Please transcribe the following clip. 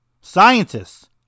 Scientists